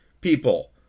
people